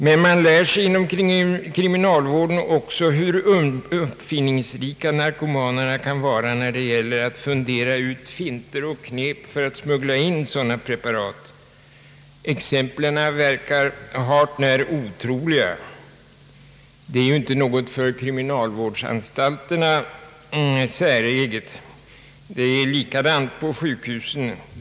Men man lär sig inom kriminalvården också hur uppfinningsrika narkomanerna kan vara när det gäller att fundera ut finter och knep för att smuggla in sådana preparat. Exemplen verkar hart när otroliga. Detta är inte något för kriminalvårdsanstalterna säreget. Det är likadant på sjukhusen.